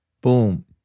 boom